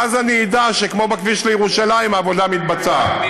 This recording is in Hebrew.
ואז אני אדע שכמו בכביש לירושלים, העבודה מתבצעת.